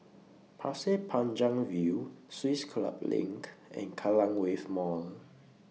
Pasir Panjang View Swiss Club LINK and Kallang Wave Mall